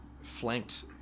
flanked